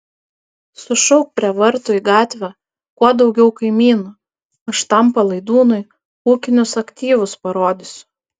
sušauk prie vartų į gatvę kuo daugiau kaimynų aš tam palaidūnui ūkinius aktyvus parodysiu